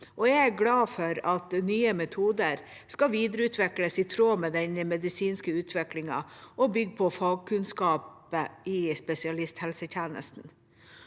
Jeg er glad for at nye metoder skal videreutvikles i tråd med den medisinske utviklingen – og bygge på fagkunnskap i spesialisthelsetjenesten.